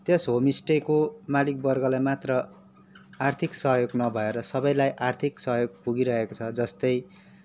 त्यस होमस्टेको मालिक वर्गलाई मात्र आर्थिक सहयोग नभएर सबैलाई आर्थिक सहयोग पुगिरहेको छ जस्तै